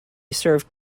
served